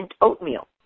oatmeal